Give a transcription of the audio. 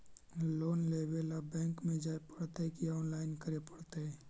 Loan लेवे ल bank में जाय पड़तै कि औनलाइन करे पड़तै?